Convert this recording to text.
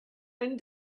and